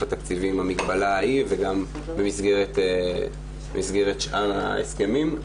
התקציבי עם המגבלה ההיא וגם במסגרת שאר ההסכמים.